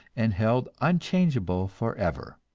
and held unchangeable forever.